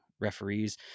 referees